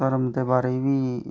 धर्म दे बारै ई बी